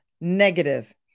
negative